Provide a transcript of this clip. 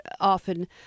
often